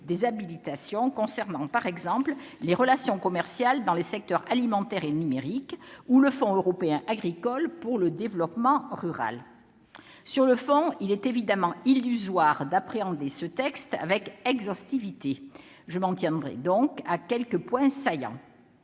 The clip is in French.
habilitations, concernant par exemple les relations commerciales dans les secteurs alimentaire et numérique ou le Fonds européen agricole pour le développement rural. Sur le fond, il est évidemment illusoire d'appréhender ce texte avec exhaustivité. Aussi, je m'en tiendrai à quelques points saillants.